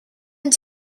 and